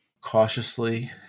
Cautiously